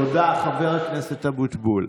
תודה, חבר הכנסת אבוטבול.